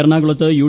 എറണാകുളത്ത് യു